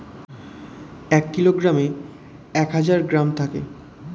এক কিলোগ্রামে এক হাজার গ্রাম থাকে